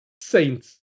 saints